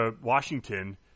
Washington